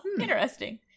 Interesting